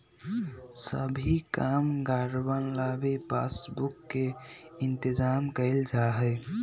सभी कामगारवन ला भी पासबुक के इन्तेजाम कइल जा हई